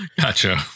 Gotcha